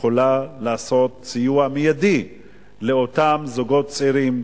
יכולה לתת סיוע מיידי לאותם זוגות צעירים,